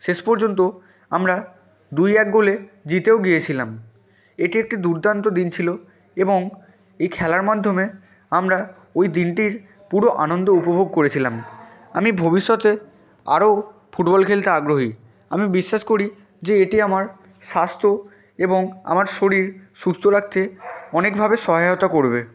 শেষ পর্যন্ত আমরা দুই এক গোলে জিতেও গিয়েছিলাম এটি একটি দুর্দান্ত দিন ছিলো এবং এই খেলার মাধ্যমে আমরা ওই দিনটির পুরো আনন্দ উপভোগ করেছিলাম আমি ভবিষ্যতে আরো ফুটবল খেলতে আগ্রহী আমি বিশ্বাস করি যে এটি আমার স্বাস্থ্য এবং আমার শরীর সুস্থ রাখতে অনেকভাবে সহায়তা করবে